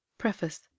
Preface